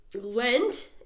Lent